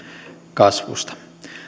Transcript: kasvusta